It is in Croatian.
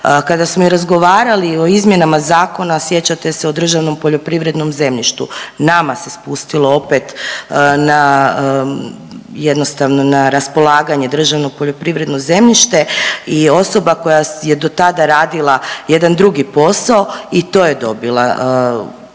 Kada smo i razgovarali o izmjenama zakona sjećate se o državnom poljoprivrednom zemljištu nama se spustilo opet na, jednostavno na raspolaganje državno poljoprivredno zemljište i osoba koja je dotada radila jedan drugi posao i to je dobila u